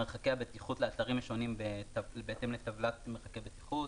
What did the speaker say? מרחקי הבטיחות לאתרים השונים בהתאם לטבלת מרחקי בטיחות,